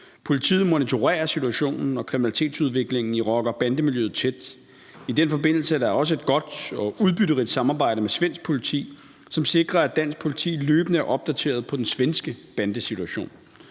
Politiet monitorerer situationen og kriminalitetsudviklingen i rocker- og bandemiljøet tæt. I den forbindelse er der også et godt og udbytterigt samarbejde med svensk politi, som sikrer, at dansk politi løbende er opdateret på den svenske bandesituation.